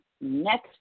next